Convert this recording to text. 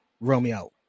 Romeo